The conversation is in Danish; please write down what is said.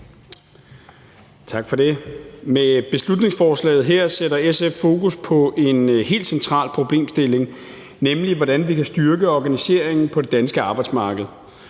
Tak for det. Med beslutningsforslaget her sætter SF fokus på en helt central problemstilling, nemlig hvordan vi kan styrke organiseringen på det danske arbejdsmarked.